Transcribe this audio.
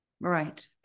Right